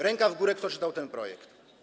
Rękę w górę, kto czytał ten projekt.